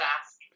ask